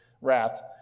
wrath